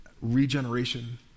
regeneration